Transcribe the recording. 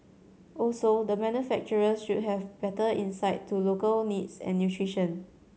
also the manufacturers should have better insight to local needs and nutrition